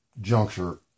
juncture